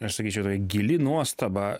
aš sakyčiau tai gili nuostaba